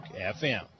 FM